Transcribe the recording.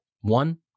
one